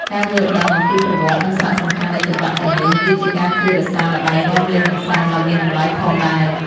ការយល់ដឹងអំពីប្រវត្តិ និងសារៈសំខាន់នៃចង្វាក់ទាំងនេះ វាជាការជួយរក្សារល្បែងរាំលេងកម្សាន្តដ៏មានតម្លៃផងដែរ។